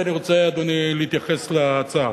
אני רוצה, אדוני, להתייחס להצעה.